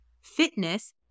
Fitness